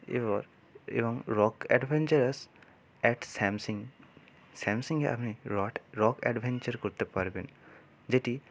এবার এবং rock adventurous at Samsung স্যামসিংয়ে আপনি রক অ্যাডভেঞ্চার করতে পারবেন যেটি